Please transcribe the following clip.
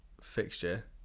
fixture